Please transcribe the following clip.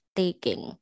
taking